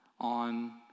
on